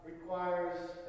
requires